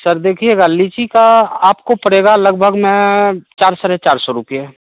sir देखिएगा लीची का आपको पड़ेगा लगभग मैं चार साढ़े चार सौ रुपये